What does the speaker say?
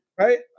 Right